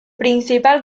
principal